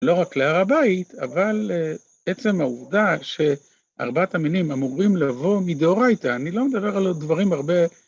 ‫לא רק להר הבית, אבל עצם העובדה ‫שארבעת המינים אמורים לבוא מדאורייתא. ‫אני לא מדבר על דברים הרבה...